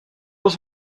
was